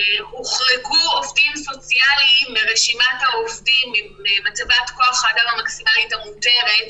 הוחרגו עובדים סוציאליים ממצבת כוח האדם המקסימלית המותרת